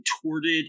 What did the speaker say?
contorted